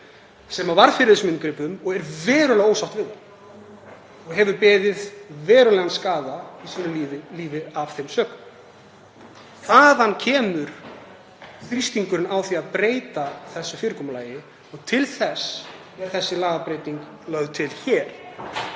sem varð fyrir þessum inngripum og er verulega ósátt við það og hefur beðið verulegan skaða í lífi sínu af þeim sökum. Þaðan kemur þrýstingurinn á að breyta þessu fyrirkomulagi og þess vegna er þessi lagabreyting lögð til hér.